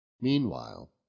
Meanwhile